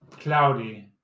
cloudy